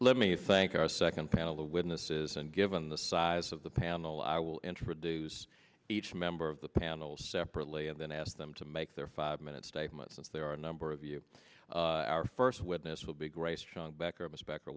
let me thank our second panel the witnesses and given the size of the panel i will introduce each member of the panel separately and then ask them to make their five minute statement since there are a number of you our first witness will be gr